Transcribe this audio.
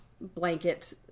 blanket